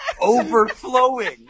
Overflowing